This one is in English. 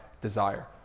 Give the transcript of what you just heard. desire